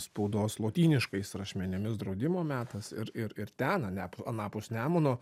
spaudos lotyniškais rašmenimis draudimo metas ir ir ir ten ane anapus nemuno